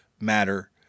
matter